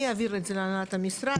אני אעביר את זה להנהלת המשרד.